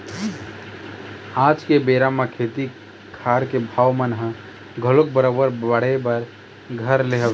आज के बेरा म खेती खार के भाव मन ह घलोक बरोबर बाढ़े बर धर ले हवय